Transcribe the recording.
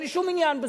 אין לי שום עניין בזה.